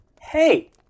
hey